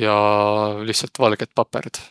ja lihtsält valgõt papõrd.